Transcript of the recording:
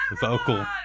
Vocal